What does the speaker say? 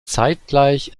zeitgleich